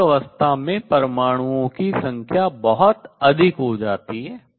उच्च अवस्था में परमाणुओं की संख्या बहुत अधिक हो जाती है